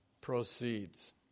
proceeds